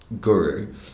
guru